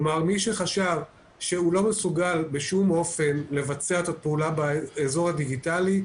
כלומר מי שחשב שהוא לא מסוגל בשום אופן לבצע את הפעולה באזור הדיגיטלי,